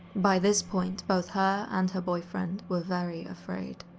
by this point, both her and her boyfriend were very afraid.